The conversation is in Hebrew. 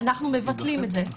אנו מבטלים את זה.